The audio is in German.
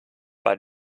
bei